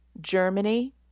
Germany